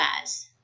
guys